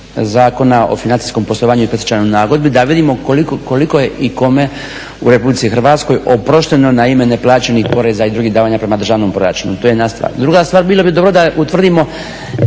Zakon o financijskom poslovanju i predstečajnoj nagodbi da vidimo koliko je i kome u Republici Hrvatskoj oprošteno na ime neplaćenih poreza i drugih davanja prema državnom proračunu, to je jedna stvar. Druga stvar, bilo bi dobro da utvrdimo